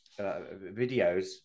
videos